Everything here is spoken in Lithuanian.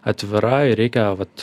atvira ir reikia vat